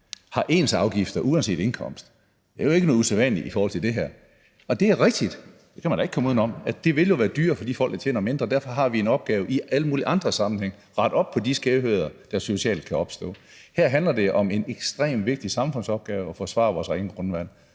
har ens afgifter uanset indkomst, er der jo ikke noget usædvanligt i i forhold til det her. Og det er jo rigtigt – det kan man da ikke komme uden om – at det vil være dyrere for de folk, der tjener mindre, og derfor har vi en opgave med i alle mulige andre sammenhænge at rette op på de skævheder, der socialt kan opstå. Her handler det om en ekstremt vigtig samfundsopgave, nemlig at forsvare vores rene grundvand,